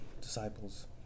disciples